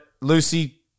Lucy